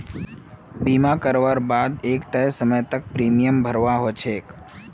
बीमा करवार बा द एक तय समय तक प्रीमियम भरवा ह छेक